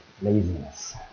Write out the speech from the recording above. Laziness